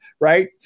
right